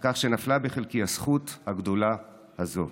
על כך שנפלה בחלקי הזכות הגדולה הזאת.